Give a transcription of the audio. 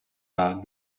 pas